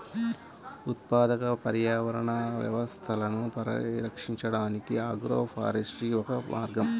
ఉత్పాదక పర్యావరణ వ్యవస్థలను సంరక్షించడానికి ఆగ్రోఫారెస్ట్రీ ఒక మార్గం